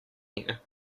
here